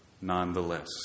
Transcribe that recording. nonetheless